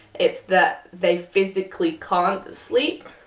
it's that they physically can't sleep.